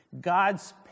God's